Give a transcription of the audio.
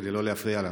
כדי לא להפריע לה.